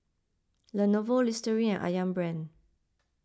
Lenovo Listerine Ayam Brand